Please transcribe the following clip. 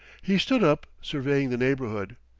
he stood up, surveying the neighborhood.